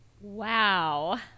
Wow